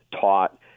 taught